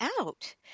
out